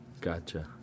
Gotcha